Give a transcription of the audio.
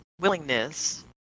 willingness